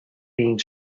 being